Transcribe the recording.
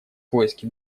поиски